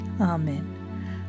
Amen